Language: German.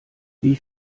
wie